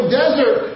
desert